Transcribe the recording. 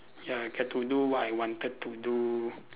ya I get to do what I wanted to do